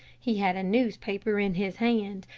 he had a newspaper in his hand,